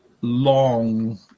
long